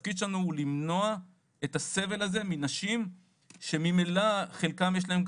והתפקיד שלנו הוא למנוע את הסבל הזה מנשים שממילא לחלקן יש את